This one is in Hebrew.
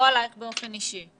ולא עלייך באופן אישי.